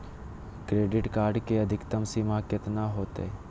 Credit card के अधिकतम सीमा कितना होते?